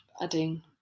adding